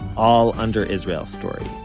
all under israel story.